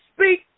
speak